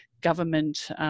government